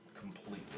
completely